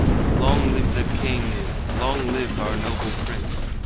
long live the king! long live our noble prince!